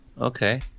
Okay